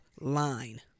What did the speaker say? line